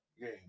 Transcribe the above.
game